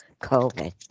COVID